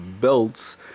belts